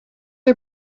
are